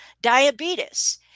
Diabetes